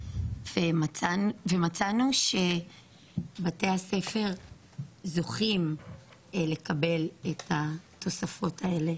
רוגוזין ומצאנו שבתי הספר זוכים לקבל את התוספות האלה